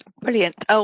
Brilliant